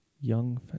Young